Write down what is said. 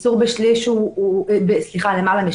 הקיצור הוא למעלה משליש,